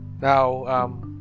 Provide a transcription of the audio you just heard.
now